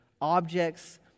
objects